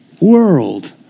world